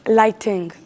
lighting